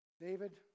David